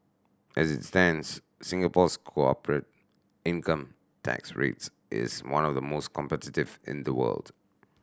as it stands Singapore's corporate income tax rates is one of the most competitive in the world